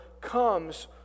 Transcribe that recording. comes